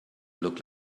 look